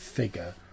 figure